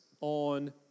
on